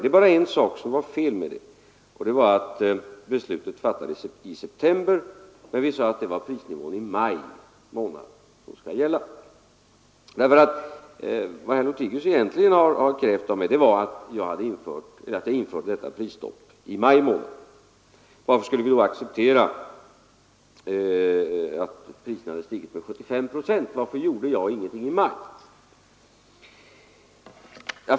Det var bara en sak som var fel med det, och det var att beslutet fattades i september och att prisnivån för maj månad blev den som skulle gälla. Vad herr Lothigius har krävt av mig är att jag skulle ha infört prisstoppet i maj månad. Varför accepterade vi att priserna då hade stigit med 75 procent? Varför gjorde vi ingenting i maj?